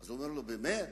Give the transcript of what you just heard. אז אומר לו: באמת?